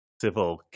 civil